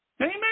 Amen